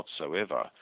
whatsoever